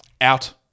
out